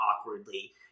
awkwardly